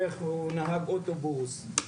הוא נהג אוטובוס.